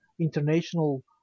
international